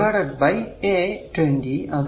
അത് divided by a 20